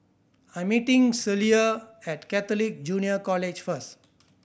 I'm meeting Celia at Catholic Junior College first